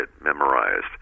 memorized